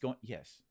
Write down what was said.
Yes